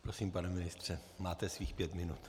Prosím, pane ministře, máte svých pět minut.